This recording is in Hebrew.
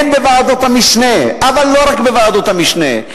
הן בוועדות המשנה אבל לא רק בוועדות המשנה,